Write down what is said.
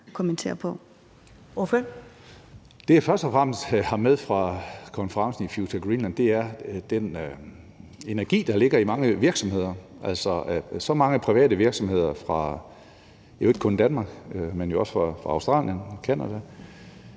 Det, jeg først og fremmest har med fra konferencen Future Greenland, er den energi, der ligger i mange virksomheder, altså at så mange private virksomheder ikke kun fra Danmark, men jo også fra Australien og Canada